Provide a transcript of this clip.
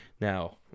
Now